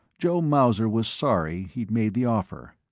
joe mauser was sorry he'd made the offer.